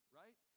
right